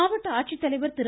மாவட்ட ஆட்சித்தலைவர் திரு